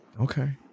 okay